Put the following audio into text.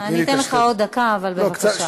אני אתן לך עוד דקה, אבל בבקשה.